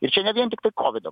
ir čia ne vien tiktai kovido